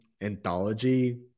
anthology